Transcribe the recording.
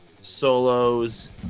solos